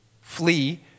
flee